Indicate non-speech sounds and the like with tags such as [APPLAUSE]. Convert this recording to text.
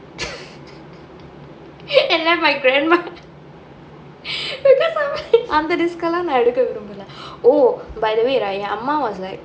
[LAUGHS] and let my grandma அந்த:antha risk எல்லாம் நான் எடுக்க விரும்பல:ellaam naan eduka virumbala will be like oh by the way right ஆமா:aamaa was like